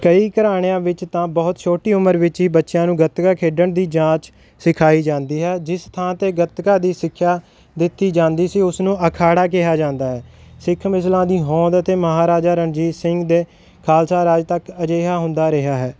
ਕਈ ਘਰਾਣਿਆਂ ਵਿੱਚ ਤਾਂ ਬਹੁਤ ਛੋਟੀ ਉਮਰ ਵਿੱਚ ਹੀ ਬੱਚਿਆਂ ਨੂੰ ਗੱਤਕਾ ਖੇਡਣ ਦੀ ਜਾਂਚ ਸਿਖਾਈ ਜਾਂਦੀ ਹੈ ਜਿਸ ਥਾਂ ਤੇ ਗੱਤਕਾ ਦੀ ਸਿੱਖਿਆ ਦਿੱਤੀ ਜਾਂਦੀ ਸੀ ਉਸ ਨੂੰ ਅਖਾੜਾ ਕਿਹਾ ਜਾਂਦਾ ਹੈ ਸਿੱਖ ਮਿਸਲਾਂ ਦੀ ਹੋਂਦ ਅਤੇ ਮਹਾਰਾਜਾ ਰਣਜੀਤ ਸਿੰਘ ਦੇ ਖਾਲਸਾ ਰਾਜ ਤੱਕ ਅਜਿਹਾ ਹੁੰਦਾ ਰਿਹਾ ਹੈ